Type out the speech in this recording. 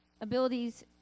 abilities